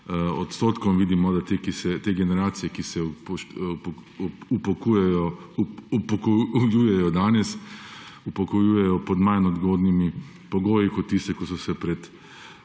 odstotkom, vidimo, da te generacije, ki se upokojujejo danes, upokojujejo pod manj ugodnimi pogoji kot tiste, ki so se pred